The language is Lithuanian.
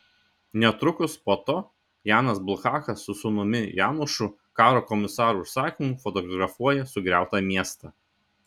netrukus po to janas bulhakas su sūnumi janošu karo komisaro užsakymu fotografuoja sugriautą miestą